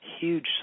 huge